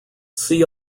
see